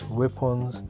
weapons